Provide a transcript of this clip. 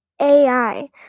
ai